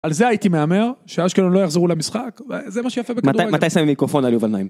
על זה הייתי מהמר, שאשקלון לא יחזרו למשחק, וזה מה שיפה בכדור הזה. מתי שמים מיקרופון על יובל נעים?